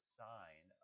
sign